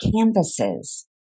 canvases